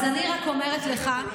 אז אני רק אומרת לך,